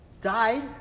died